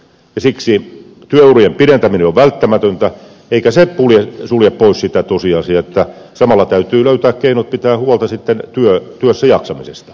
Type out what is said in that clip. siksi työurien pidentäminen on välttämätöntä eikä se sulje pois sitä tosiasiaa että samalla täytyy löytää keinot pitää huolta työssäjaksamisesta